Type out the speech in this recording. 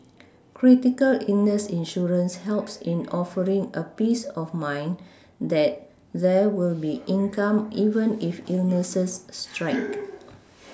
critical illness insurance helps in offering a peace of mind that there will be income even if illnesses strike